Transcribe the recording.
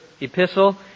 epistle